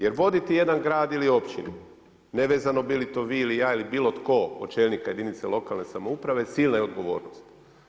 Jer voditi jedan grad ili općinu nevezano bi li to vi ili ja ili bilo tko od čelnika jedinice lokalne samouprave silne odgovornosti.